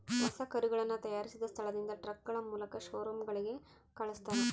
ಹೊಸ ಕರುಗಳನ್ನ ತಯಾರಿಸಿದ ಸ್ಥಳದಿಂದ ಟ್ರಕ್ಗಳ ಮೂಲಕ ಶೋರೂಮ್ ಗಳಿಗೆ ಕಲ್ಸ್ತರ